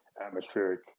atmospheric